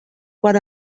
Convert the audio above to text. quan